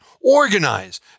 Organize